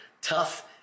tough